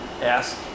ask